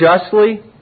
justly